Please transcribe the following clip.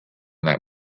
that